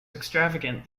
extravagant